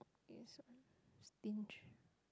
so stinge